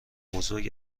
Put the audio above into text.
بزرگ